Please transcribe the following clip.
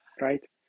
right